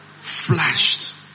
Flashed